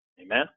Amen